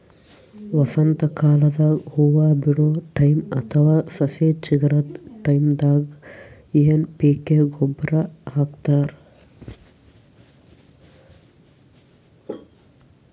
ವಸಂತಕಾಲದಾಗ್ ಹೂವಾ ಬಿಡೋ ಟೈಮ್ ಅಥವಾ ಸಸಿ ಚಿಗರದ್ ಟೈಂದಾಗ್ ಎನ್ ಪಿ ಕೆ ಗೊಬ್ಬರ್ ಹಾಕ್ತಾರ್